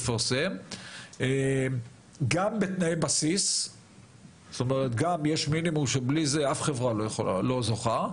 גם כתנאי בסיס מינימליים שבלעדיהם אף חברה לא זוכה,